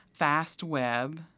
FastWeb